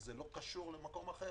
זה לא קשור למקום אחר.